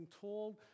told